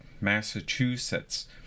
Massachusetts